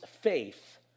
faith